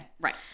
Right